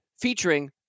featuring